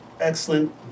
excellent